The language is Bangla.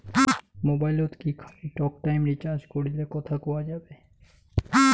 মোবাইলত কি খালি টকটাইম রিচার্জ করিলে কথা কয়া যাবে?